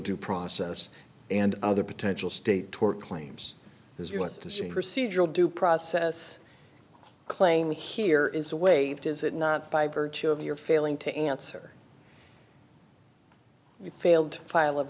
due process and other potential state tort claims because you want to see procedural due process claim here is a waived is it not by virtue of your failing to answer you failed file of